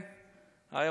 היה ראש הליכוד.